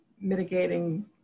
mitigating